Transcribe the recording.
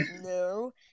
no